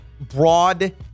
Broad